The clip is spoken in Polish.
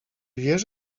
wiesz